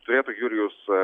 turėtų jurijus